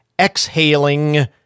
exhaling